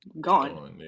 gone